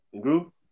Group